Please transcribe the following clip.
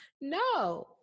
No